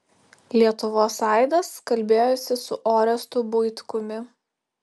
lietuvos aidas kalbėjosi su orestu buitkumi